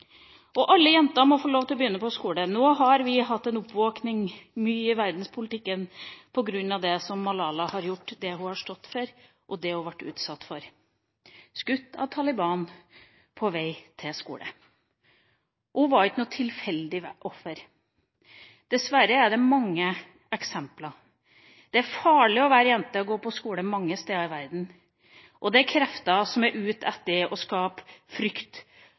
Alle jenter må få lov til å begynne på skole. Nå har vi hatt en oppvåkning i verdenspolitikken, mye på grunn av det som Malala har gjort, det hun har stått for, og det hun ble utsatt for – skutt av Taliban på vei til skolen. Hun var ikke noe tilfeldig offer. Dessverre er det mange eksempler. Det er farlig å være jente og gå på skole mange steder i verden. Det er krefter som er ute etter å skape frykt